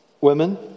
Women